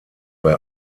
bei